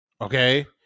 Okay